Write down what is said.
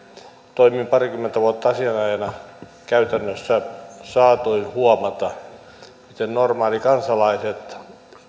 toimin parikymmentä vuotta asianajajana käytännössä saatoin huomata miten normaalit kansalaiset